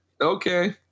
Okay